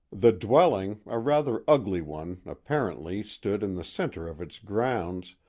the dwelling, a rather ugly one, apparently, stood in the center of its grounds,